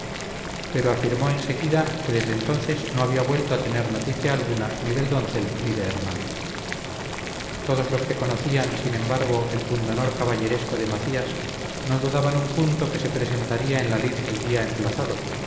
pero afirmó en seguida que desde entonces no había vuelto a tener noticia alguna ni del doncel ni de hernando todos los que conocían sin embargo el pundonor caballeresco de macías no dudaban un punto que se presentaría en la lid el día emplazado